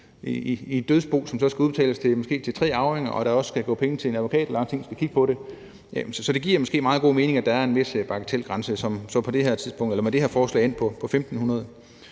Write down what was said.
i et dødsbo, som så måske skulle udbetales til tre arvinger, og der også skal gå penge til en advokat, der skal kigge på det, giver det måske meget god mening, at der er en bagatelgrænse, som med det her forslag er endt på 1.500